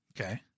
Okay